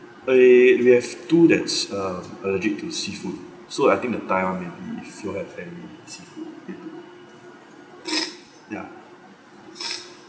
eh we have two that's uh allergic to seafood so I think the thai one may be full of every seafood ya